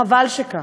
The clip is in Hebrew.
חבל שכך,